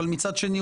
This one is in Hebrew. אבל מצד שני,